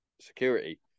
security